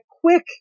quick